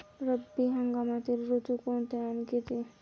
रब्बी हंगामातील ऋतू कोणते आणि किती?